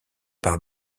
par